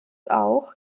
auch